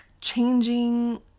changing